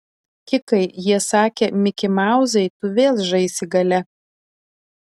kikai jie sakė mikimauzai tu vėl žaisi gale